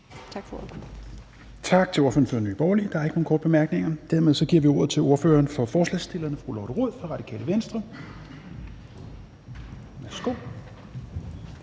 Tak til ordføreren for Nye Borgerlige. Der er ikke nogen korte bemærkninger, og dermed giver vi ordet til ordføreren for forslagsstillerne, fru Lotte Rod fra Radikale Venstre. Værsgo.